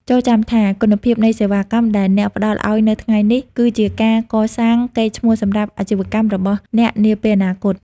ចូរចាំថា គុណភាពនៃសេវាកម្មដែលអ្នកផ្តល់ឱ្យនៅថ្ងៃនេះ គឺជាការកសាងកេរ្តិ៍ឈ្មោះសម្រាប់អាជីវកម្មរបស់អ្នកនាពេលអនាគត។